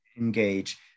engage